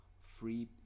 free